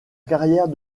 carrière